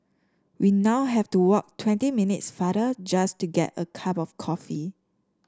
we now have to walk twenty minutes farther just to get a cup of coffee